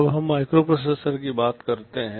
अब हम माइक्रोप्रोसेसर की बात करते हैं